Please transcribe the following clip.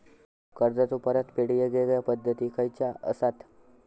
कर्जाचो परतफेड येगयेगल्या पद्धती खयच्या असात?